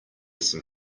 some